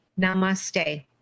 Namaste